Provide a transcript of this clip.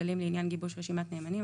כללים לעניין גיבוש רשימת נאמנים,